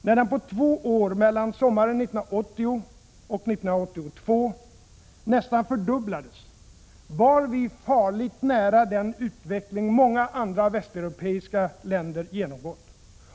När den på två år, mellan sommaren 1980 och 1982, nästan fördubblades var vi farligt nära den utveckling många andra västeuropeiska länder genomgått.